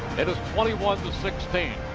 it is twenty one to sixteen,